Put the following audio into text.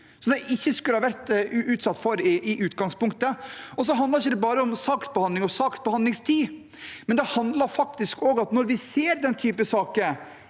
ikke skulle ha vært utsatt for i utgangspunktet. Det handler ikke bare om saksbehandling og saksbehandlingstid, det handler faktisk også om hvordan vi senere kan